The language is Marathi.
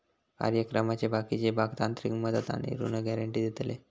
कार्यक्रमाचे बाकीचे भाग तांत्रिक मदत आणि ऋण गॅरेंटी देतले